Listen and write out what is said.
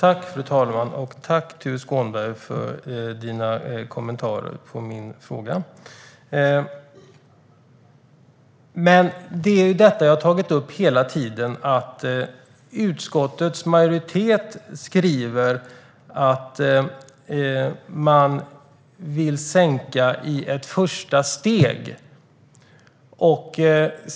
Fru talman! Tack, Tuve Skånberg, för dina kommentarer på min fråga! Det är detta jag har tagit upp hela tiden. Utskottets majoritet skriver att man vill sänka i ett första steg.